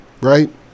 right